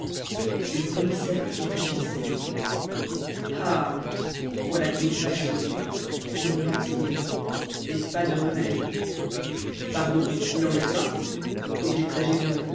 le commissaire réfléchissait ah voilà qui est fâcheux murmura-t-il et pas de remède pardon il en